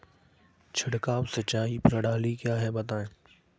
छिड़काव सिंचाई प्रणाली क्या है बताएँ?